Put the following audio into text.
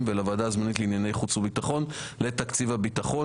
ולוועדה הזמנית לענייני חוץ וביטחון לתקציב הביטחון.